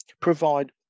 provide